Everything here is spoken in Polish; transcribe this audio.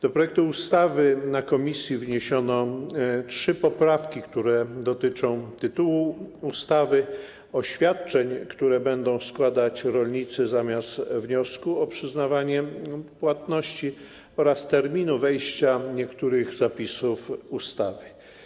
Do projektu ustawy na posiedzeniu komisji wniesiono trzy poprawki, które dotyczą tytułu ustawy, oświadczeń, które będą składać rolnicy zamiast wniosku o przyznanie płatności, oraz terminu wejścia w życie niektórych zapisów ustawy.